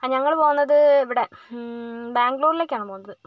ആ ഞങ്ങൾ പോകുന്നത് ഇവിടെ ബാംഗ്ലൂരിലേക്കാണ് പോകുന്നത്